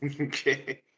Okay